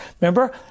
Remember